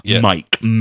Mike